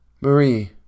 Marie